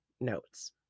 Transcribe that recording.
notes